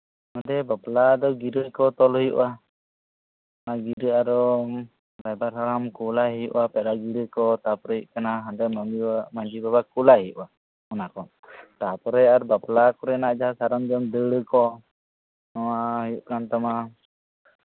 ᱱᱚᱛᱮ ᱵᱟᱯᱞᱟ ᱫᱚ ᱜᱤᱨᱟᱹ ᱠᱚ ᱛᱚᱞ ᱦᱩᱭᱩᱜᱼᱟ ᱟᱨ ᱜᱤᱨᱟᱹ ᱟᱨᱚ ᱨᱟᱭᱵᱟᱨ ᱦᱟᱲᱟᱢ ᱠᱳᱞᱟᱭ ᱦᱩᱭᱩᱜᱼᱟ ᱯᱮᱲᱟ ᱜᱤᱨᱟᱹ ᱠᱚ ᱛᱟᱯᱚᱨᱮ ᱦᱩᱭᱩᱜ ᱠᱟᱱᱟ ᱦᱟᱸᱰᱮ ᱢᱟᱡᱷᱤ ᱵᱟᱵᱟ ᱢᱟᱡᱷᱤ ᱵᱟᱵᱟ ᱠᱩᱞᱟᱭ ᱦᱩᱭᱩᱜᱼᱟ ᱚᱱᱟ ᱠᱚ ᱛᱟᱯᱚᱨᱮ ᱟᱨ ᱵᱟᱯᱞᱟ ᱠᱚᱨᱮᱱᱟᱜ ᱡᱟᱦᱟᱸ ᱥᱟᱢᱟᱱ ᱠᱚ ᱫᱟᱹᱣᱲᱟᱹ ᱠᱚ ᱱᱚᱣᱟ ᱦᱩᱭᱩᱜ ᱠᱟᱱ ᱛᱟᱢᱟ